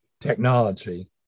technology